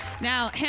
Now